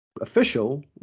official